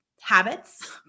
habits